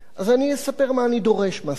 אז אני אספר מה אני דורש מהסטודנטים.